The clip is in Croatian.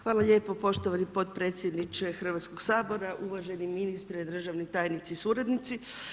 Hvala lijepo poštovani potpredsjedniče Hrvatskoga sabora, uvaženi ministre, državni tajnici, suradnici.